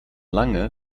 lange